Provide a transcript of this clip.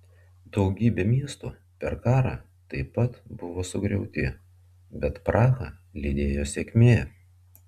daugybė miestų per karą taip pat buvo sugriauti bet prahą lydėjo sėkmė